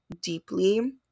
deeply